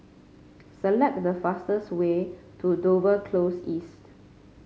select the fastest way to Dover Close East